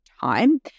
time